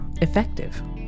effective